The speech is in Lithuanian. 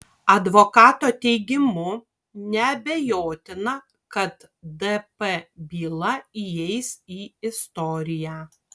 advokato teigimu neabejotina kad dp byla įeis į istoriją